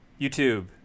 youtube